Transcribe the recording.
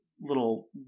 little